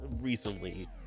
recently